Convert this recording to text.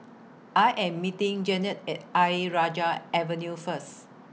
I Am meeting Jeannette At Ayer Rajah Avenue First